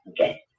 Okay